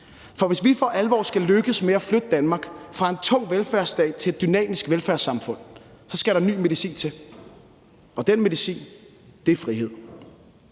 for hvis vi for alvor skal lykkes med at flytte Danmark fra en tung velfærdsstat til et dynamisk velfærdssamfund, skal der ny medicin til, og den medicin er frihed